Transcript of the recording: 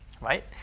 right